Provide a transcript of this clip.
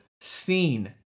seen